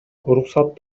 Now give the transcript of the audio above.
уруксат